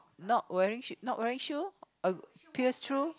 not wearing she not wearing shoe a pierce through